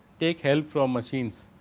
take help from machines,